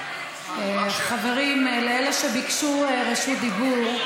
חברים, אלה שביקשו רשות דיבור,